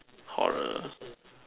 horror